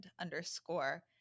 underscore